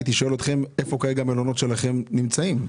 הייתי שואל אתכם איפה כרגע המלונות שלכם נמצאים?